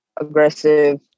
aggressive